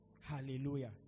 hallelujah